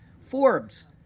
Forbes